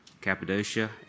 Cappadocia